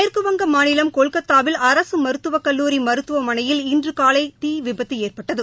மேற்குவங்க மாநிலம் கொல்கத்தாவில் அரசு மருத்துவக் கல்லூரி மருத்துவமனையில் இன்று காலை நிகழ்ந்த தீ விபத்து ஏற்பட்டது